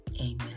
Amen